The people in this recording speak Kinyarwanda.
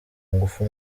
ngufu